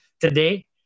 today